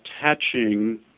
attaching –